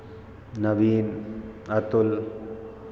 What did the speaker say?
Naveen Atul